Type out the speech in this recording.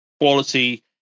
quality